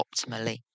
optimally